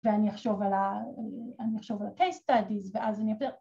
‫ואני אחשוב על ה... ‫אני אחשוב על ה-Taste Studies ואז אני...